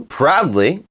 proudly